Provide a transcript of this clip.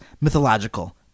mythological